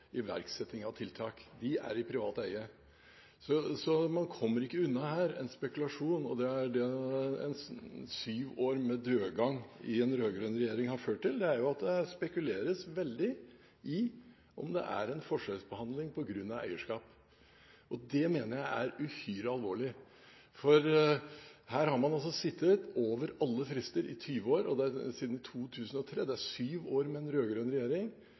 iverksetting av tiltak. De er i privat eie. Så man kommer ikke her unna en spekulasjon: Det syv år med dødgang i en rød-grønn regjering har ført til, er at det spekuleres veldig i om det er en forskjellsbehandling på grunn av eierskap. Det mener jeg er uhyre alvorlig. Her har man altså sittet over alle frister i 20 år, og siden 2003 – med syv år med en rød-grønn regjering